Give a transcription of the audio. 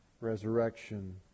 Resurrection